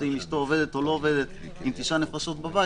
אישתו עובדת או לא עובדת עם תשע נפשות בבית.